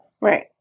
Right